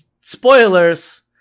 Spoilers